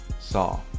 saw